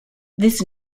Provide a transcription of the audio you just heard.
this